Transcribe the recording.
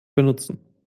benutzen